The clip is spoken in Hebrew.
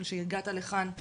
על שהגעת לכאן,